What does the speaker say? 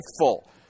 faithful